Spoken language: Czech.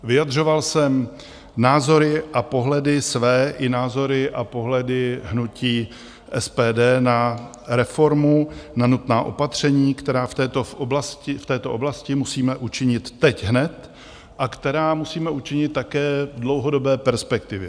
Vyjadřoval jsem názory a pohledy své i názory a pohledy hnutí SPD na reformu, na nutná opatření, která v této oblasti musíme učinit teď hned a která musíme učinit také v dlouhodobé perspektivě.